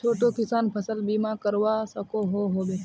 छोटो किसान फसल बीमा करवा सकोहो होबे?